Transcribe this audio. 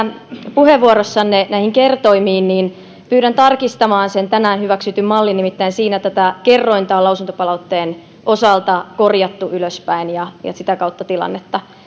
puheenvuorossanne näihin kertoimiin niin pyydän tarkistamaan sen tänään hyväksytyn mallin nimittäin siinä tätä kerrointa on lausuntopalautteen osalta korjattu ylöspäin ja sitä kautta tilannetta